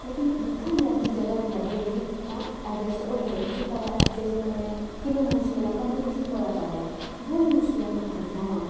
लेकिन जित्थै मर्जी जगह् लब्भी जाह्गी तां एडजस्ट होई जाना तु'सेंई पता अज्जै दे जमाने कि'न्ना मुश्कल ऐ कम्पीटीशन बड़ा ज़्यादा ऐ बहुत मुश्किल ऐ नौकरी थ्होना